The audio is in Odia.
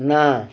ନା